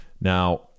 Now